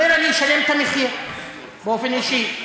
אומר: אשלם את המחיר באופן אישי,